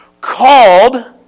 called